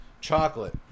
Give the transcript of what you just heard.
Chocolate